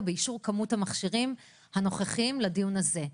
באישור כמות המכשירים הנוכחיים שנדונים בדיון הזה.